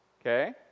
Okay